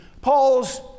Paul's